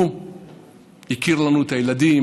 הוא הכיר לנו את הילדים,